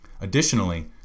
Additionally